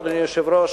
אדוני היושב-ראש,